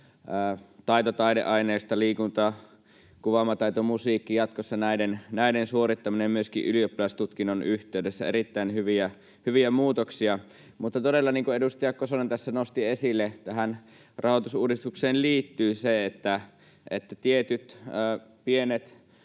ja taideaineiden — liikunnan, kuvaamataidon ja musiikin — suorittaminen on jatkossa mahdollista myöskin ylioppilastutkinnon yhteydessä. Erittäin hyviä muutoksia. Todella, niin kuin edustaja Kosonen tässä nosti esille, tähän rahoitusuudistukseen liittyy se, että tietyt pienet